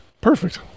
perfect